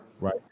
Right